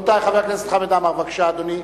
חבר הכנסת חמד עמאר, בבקשה, אדוני.